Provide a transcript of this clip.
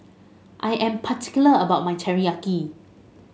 I am particular about my Teriyaki